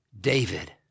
David